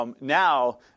Now